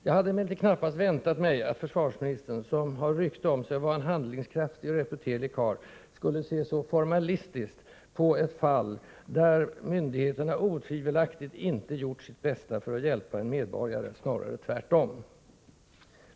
Jag hade emellertid knappast förväntat mig att försvarsministern, som har rykte om sig att vara en handlingskraftig och reputerlig karl, skulle se så formalistiskt på ett fall där myndigheterna otvivelaktigt inte gjort sitt bästa för att hjälpa en medborgare, snarare tvärtom.